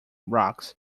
rocks